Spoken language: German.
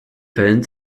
fällen